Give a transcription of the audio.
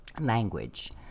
language